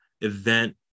event